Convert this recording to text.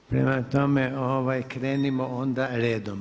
Prema tome, krenimo onda redom.